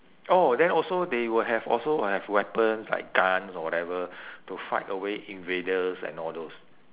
oh then also they will have also have weapons like guns or whatever to fight away invaders and all those